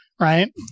right